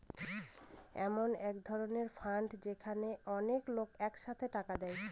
এমন এক ধরনের ফান্ড যেখানে অনেক লোক এক সাথে টাকা দেয়